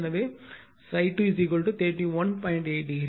8 degree